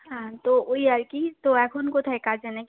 হ্যাঁ তো ওই আর কি তো এখন কোথায় কাজে না কি